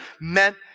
meant